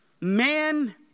man